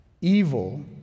evil